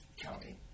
County